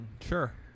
sure